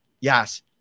Yes